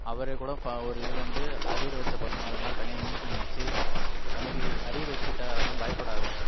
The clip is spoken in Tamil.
அவரேக்கூட ஒரு இதில் வந்து அரியர் வச்ச பசங்களுக்குலாம் தனியாக மீட்டிங் வச்சி தம்பி அரியர் வச்சிட்ட அதெலாம் பயப்புடாத